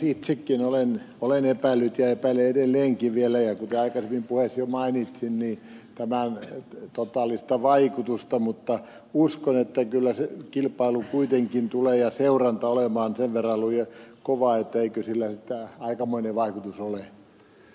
itsekin olen epäillyt ja epäilen edelleenkin vielä kuten aikaisemmin puheessani jo mainitsin tämän totaalista vaikutusta mutta uskon että kyllä se kilpailu ja seuranta kuitenkin tulee olemaan sen verran kovaa että eiköhän sillä sitten aikamoinen vaikutus ole